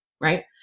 right